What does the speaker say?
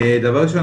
דבר ראשון,